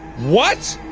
what?